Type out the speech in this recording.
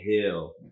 Hill